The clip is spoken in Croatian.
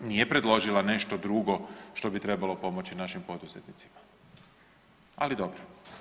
Nije predložila nešto drugo što bi trebalo pomoći našim poduzetnicima, ali dobro.